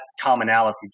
commonality